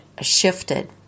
shifted